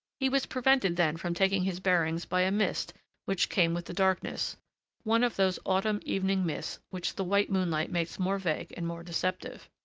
he was prevented then from taking his bearings by a mist which came with the darkness one of those autumn evening mists which the white moonlight makes more vague and more deceptive.